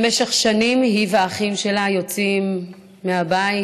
במשך שנים היא והאחים שלה יוצאים מהבית,